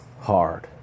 hard